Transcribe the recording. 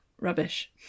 rubbish